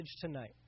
tonight